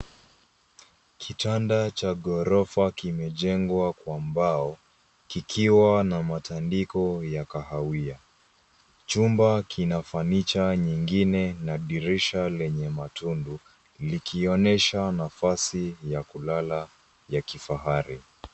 Kitanda cha ghorofa kimejengwa kwa mbao, kikiwa na matandiko ya kahawia. Chumba kina fanicha nyingine na dirisha lenye matundu, likionyesha nafasi ya kulala ya kifahari.